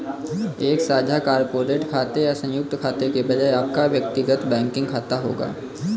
एक साझा कॉर्पोरेट खाते या संयुक्त खाते के बजाय आपका व्यक्तिगत बैंकिंग खाता होगा